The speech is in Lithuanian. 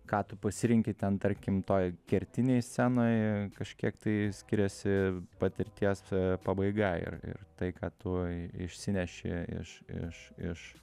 ką tu pasirenki ten tarkim toj kertinėj scenoj kažkiek tai skiriasi patirties pabaiga ir ir tai ką tu išsineši iš iš iš